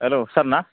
hello sir ना